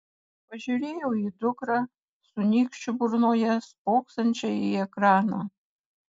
pažiūrėjau į dukrą su nykščiu burnoje spoksančią į ekraną